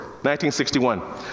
1961